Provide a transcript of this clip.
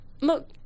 Look